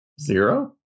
Zero